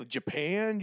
Japan